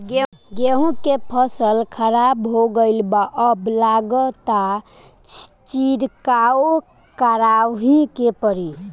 गेंहू के फसल खराब हो गईल बा अब लागता छिड़काव करावही के पड़ी